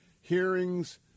hearings